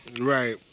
Right